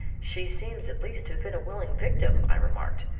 she seems at least to have been a willing victim, i remarked.